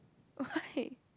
why